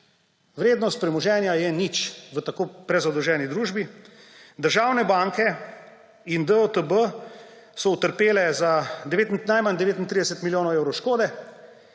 Vrednost premoženja je nič v tako prezadolženi družbi. Državne banke in DUTB so utrpele za najmanj 39 milijonov evrov škode,